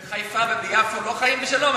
רגע, בחיפה וביפו לא חיים בשלום?